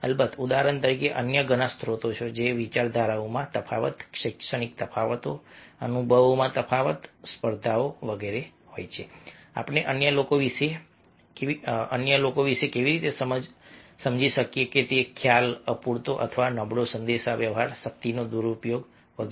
અલબત્ત ઉદાહરણ તરીકે અન્ય ઘણા સ્ત્રોતો છે વિચારધારામાં તફાવત શૈક્ષણિક તફાવતો અનુભવોમાં તફાવત સ્પર્ધાઓ છે આપણે અન્ય લોકો વિશે કેવી રીતે સમજીએ છીએ તે ખ્યાલ અપૂરતો અથવા નબળો સંદેશાવ્યવહાર શક્તિનો દુરુપયોગ